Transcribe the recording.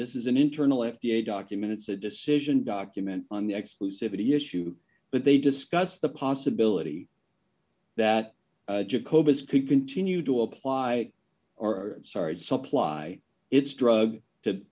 this is an internal f d a document it's a decision document on the exclusivity issue but they discussed the possibility that jacobus could continue to apply our sorry supply its drug to